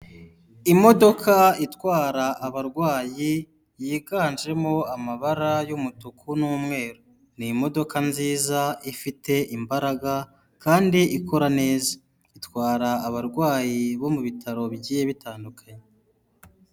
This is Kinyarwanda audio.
Imodoka itwara abarwayi yiganjemo amabara y'umutuku n'umweru. Ni imodoka nziza ifite imbaraga kandi ikora neza. Itwara abarwayi bo mu bitaro bigiye bitandukanye.